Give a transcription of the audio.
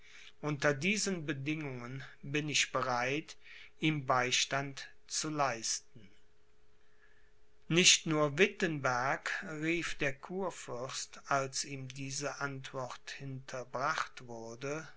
unter diesen bedingungen bin ich bereit ihm beistand zu leisten nicht nur wittenberg rief der kurfürst als ihm diese antwort hinterbracht wurde